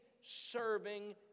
serving